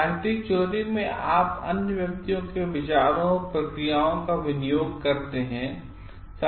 साहित्यिक चोरी में आप अन्य व्यक्तियों के विचारों प्रक्रियाओं का विनियोग करते हैं